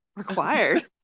Required